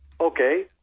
Okay